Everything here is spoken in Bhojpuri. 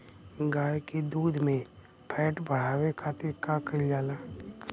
गाय के दूध में फैट बढ़ावे खातिर का कइल जाला?